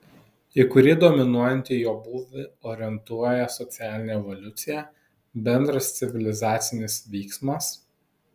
į kurį dominuojantį jo būvį orientuoja socialinė evoliucija bendras civilizacinis vyksmas